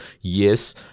Yes